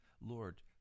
lord